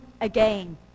again